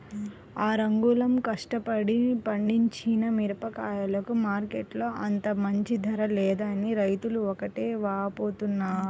ఆరుగాలం కష్టపడి పండించిన మిరగాయలకు మార్కెట్టులో అంత మంచి ధర లేదని రైతులు ఒకటే వాపోతున్నారు